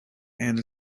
and